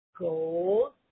Gold